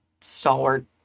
stalwart